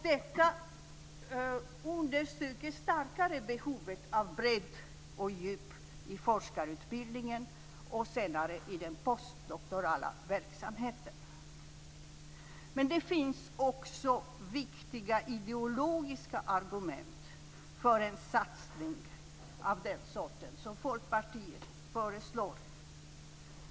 Det understryker starkare behovet av bredd och djup i forskarutbildningen och senare i den postdoktorala verksamheten. Men det finns också viktiga ideologiska argument för en satsning av den sorten som Folkpartiet föreslår.